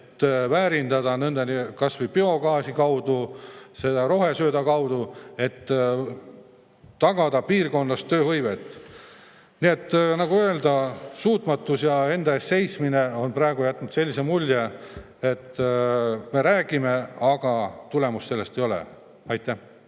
et väärindada kas või biogaasi, rohusööta, et tagada piirkonnas tööhõive. Nii et suutmatus ja enda eest seismine on praegu jätnud sellise mulje, et me räägime, aga tulemust sellel ei ole. Aitäh!